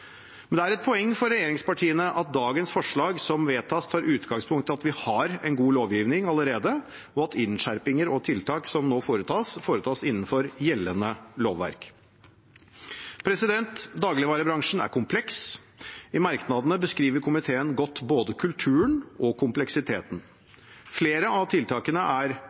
Men det er et poeng for regjeringspartiene at dagens forslag som vedtas, tar utgangspunkt i at vi har en god lovgivning allerede, og at innskjerpinger og tiltak som nå gjøres, foretas innenfor gjeldende lovverk. Dagligvarebransjen er kompleks. I merknadene beskriver komiteen godt både kulturen og kompleksiteten. Flere av tiltakene er